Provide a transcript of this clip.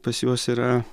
pas juos yra